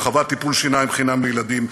הרחבת טיפול שיניים חינם לילדים,